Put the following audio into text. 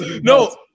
No